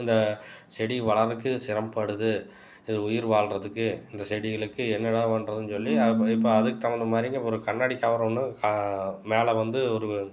அந்த செடி வளருக்கு சிரமப்படுது இது உயிர் வாழ்கிறதுக்கு இந்த செடிகளுக்கு என்னடா பண்ணுறதுன்னு சொல்லி இப்போ அதுக்கு தகுந்த மாதிரிங்க அப்புறம் கண்ணாடி கவர் ஒன்று கா மேலே வந்து ஒரு